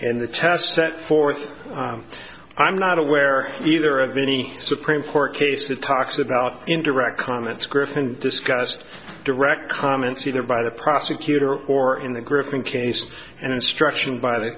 and the test set forth i'm not aware either of any supreme court case that talks about indirect comments griffin discussed direct comments either by the prosecutor or in the griffin case and instruction by the